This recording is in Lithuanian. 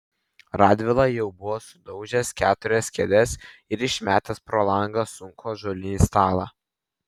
radvila jau buvo sudaužęs keturias kėdes ir išmetęs pro langą sunkų ąžuolinį stalą